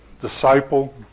disciple